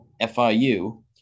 FIU